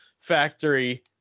factory